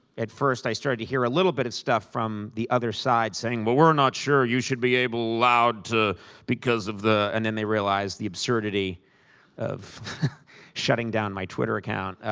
at first, i started to hear a little bit of stuff from the other side saying, but we're not sure you should be able to allowed to because of the and then they realized the absurdity of shutting down my twitter account.